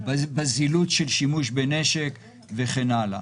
בזילות של שימוש בנשק וכן הלאה.